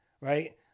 right